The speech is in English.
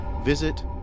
visit